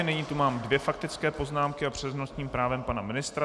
Nyní tu mám dvě faktické poznámky a s přednostním právem pana ministra.